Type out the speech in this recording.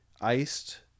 iced